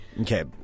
Okay